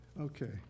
Okay